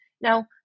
Now